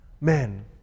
Men